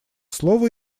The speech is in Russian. слово